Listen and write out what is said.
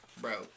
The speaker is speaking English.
bro